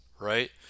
right